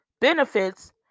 benefits